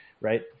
right